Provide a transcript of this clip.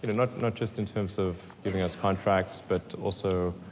ah not not just in terms of giving us contracts, but also